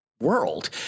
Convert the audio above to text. world